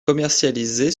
commercialisé